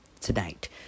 tonight